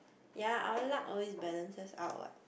ya our luck always balances out what